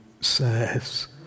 says